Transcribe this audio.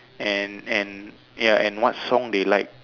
and and ya and what song they like